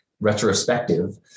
retrospective